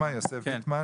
יוסף ויטמן.